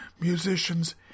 musicians